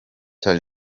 cya